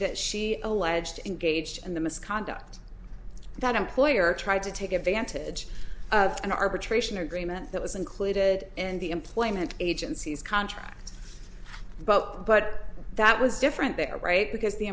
that she alleged engaged in the misconduct that employer tried to take advantage of an arbitration agreement that was included in the employment agencies contract but but that was different there right because the